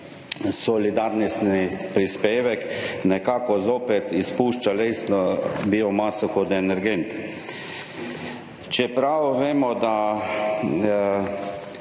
solidarnostni prispevek nekako zopet izpušča lesno biomaso kot energent. Čeprav vemo, da